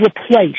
replaced